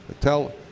tell